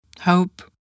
Hope